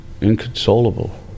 inconsolable